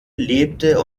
lebte